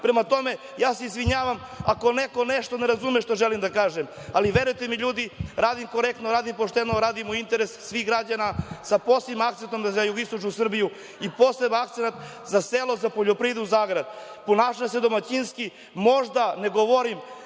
Prema tome, izvinjavam se, ako neko nešto ne razume što želim da kažem, ali verujte mi, ljudi, radim korektno, radim pošteno, radim u interesu svih građana sa posebnim akcentom na jugoistočnu Srbiju i posebnim akcentom za selo, za poljoprivredu, za agrar. Ponašam se domaćinski. Možda ne govorim